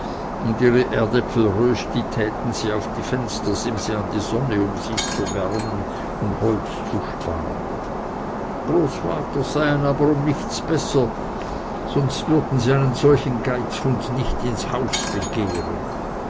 und ihre erdäpfelrösti täten sie auf die fenstersimse an die sonne um sie zu wärmen und holz zu sparen großvaters seien aber um nichts besser sonst würden sie einen solchen geizhund nicht ins haus begehren